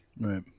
right